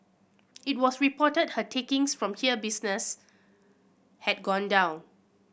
it was reported her takings from here business had gone down